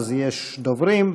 יש דוברים.